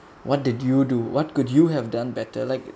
what did you do what could you have done better like